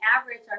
average